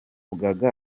atari